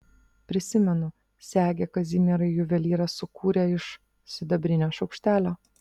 prisimenu segę kazimierai juvelyras sukūrė iš sidabrinio šaukštelio